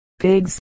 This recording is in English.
pigs